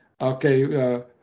okay